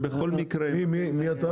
מי אתה?